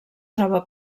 troba